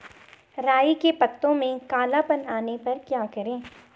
राई के पत्तों में काला पन आने पर क्या करें?